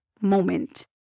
moment